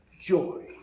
joy